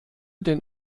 den